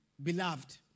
Beloved